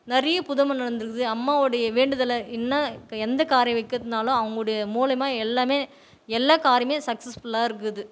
நிறைய புதுமை நடந்திருக்குது அம்மாவோடைய வேண்டுதல் என்ன எந்த காரியம் வைக்கிறதுனாலும் அவங்கவுடைய மூலயுமா எல்லாமே எல்லா காரியமுமே சக்ஸஸ்ஃபுல்லாக இருக்குது